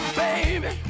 baby